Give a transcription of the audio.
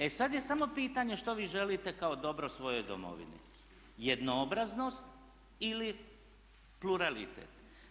E sad je samo pitanje što vi želite kao dobro svojoj Domovini – jednoobraznost ili pluralitet.